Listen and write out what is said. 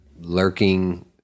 lurking